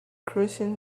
crossing